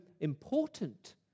important